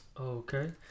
Okay